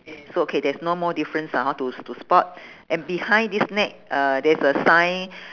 so okay there's no more difference lah hor to to spot and behind this net uh there's a sign